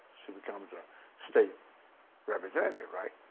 she becomes a state representative, right?